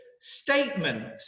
statement